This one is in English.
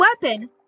weapon